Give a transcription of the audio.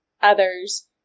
others